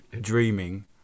dreaming